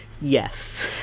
Yes